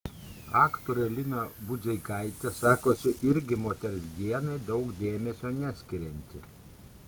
aktorė lina budzeikaitė sakosi irgi moters dienai daug dėmesio neskirianti